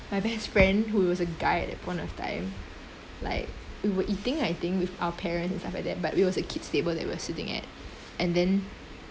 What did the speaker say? my best friend who was a guy at that point of time like we were eating I think with our parents and stuff like that but it was a kid's table they we were sitting at and then